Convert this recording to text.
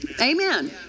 Amen